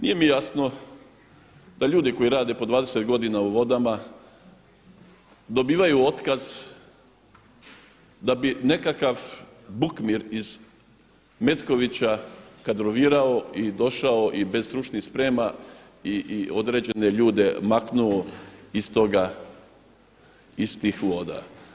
Nije mi jasno da ljudi koji rade po 20 godina u Vodama dobivaju otkaz da bi nekakav Bukmir iz Metkovića kadrovirao i došao i bez stručnih sprema i određene ljude maknuo iz toga, iz tih voda.